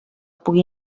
pugui